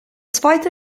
zweite